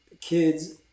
kids